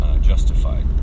justified